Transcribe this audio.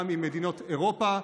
גם עם מדינות אירופה,